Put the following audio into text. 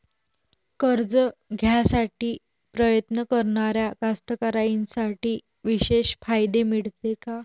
कर्ज घ्यासाठी प्रयत्न करणाऱ्या कास्तकाराइसाठी विशेष फायदे मिळते का?